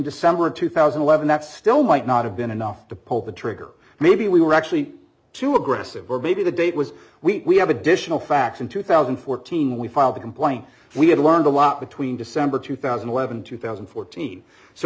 december of two thousand and eleven that still might not have been enough to pull the trigger maybe we were actually too aggressive or maybe the date was we have additional facts in two thousand and fourteen we filed the complaint we had learned a lot between december two thousand and eleven two thousand and fourteen so